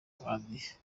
muhanzi